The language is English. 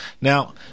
Now